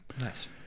Nice